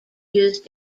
use